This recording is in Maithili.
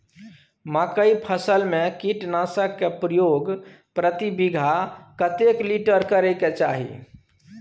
मकई फसल में कीटनासक के प्रयोग प्रति बीघा कतेक लीटर करय के चाही?